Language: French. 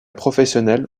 professionnelle